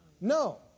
No